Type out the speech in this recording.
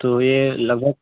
तो ये लगभग